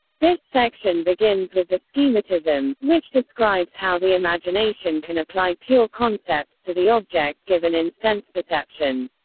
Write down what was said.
this section begins with the so schematism, which describes how the imagination can apply pure concepts to the object given in sense perception.